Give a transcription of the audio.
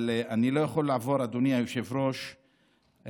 אבל אדוני היושב-ראש,